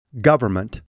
government